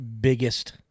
biggest